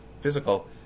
physical